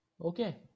okay